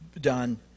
done